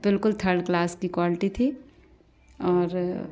बिल्कुल third class की quality थी और